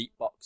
beatbox